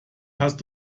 hast